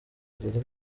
kugeza